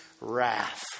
wrath